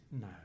No